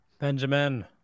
Benjamin